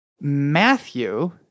Matthew